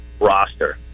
roster